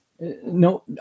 No